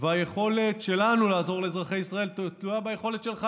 והיכולת שלנו לעזור לאזרחי ישראל תלויה ביכולת שלך,